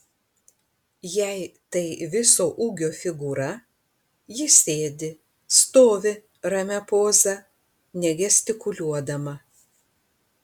jei tai viso ūgio figūra ji sėdi stovi ramia poza negestikuliuodama